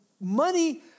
money